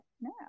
no